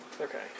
Okay